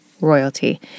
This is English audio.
royalty